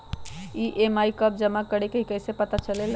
EMI कव जमा करेके हई कैसे पता चलेला?